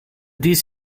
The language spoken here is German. dies